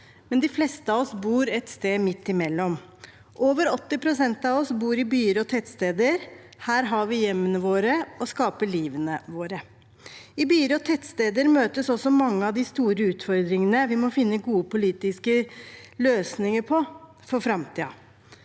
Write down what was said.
men de fleste av oss bor et sted midt imellom. Over 80 pst. av oss bor i byer og tettsteder. Her har vi hjemmene våre og skaper livet vårt. I byer og tettsteder møtes også mange av de store utfordringene som vi må finne gode politiske løsninger på for framtiden,